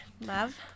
love